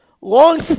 Long